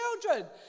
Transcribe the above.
children